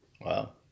Wow